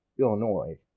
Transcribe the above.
Illinois